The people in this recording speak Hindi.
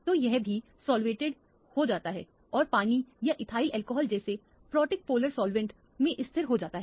तो यह भी सॉल्वेटेड हो जाता है और पानी या इथाइल एल्कोहल जैसे प्रोटिक पोलर सॉल्वेंट में स्थिर हो जाता है